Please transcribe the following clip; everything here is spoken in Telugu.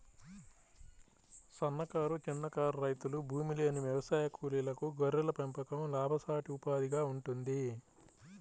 సన్నకారు, చిన్నకారు రైతులు, భూమిలేని వ్యవసాయ కూలీలకు గొర్రెల పెంపకం లాభసాటి ఉపాధిగా ఉంటుంది